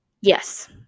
yes